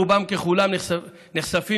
רובם ככולם נחשפים,